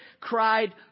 Cried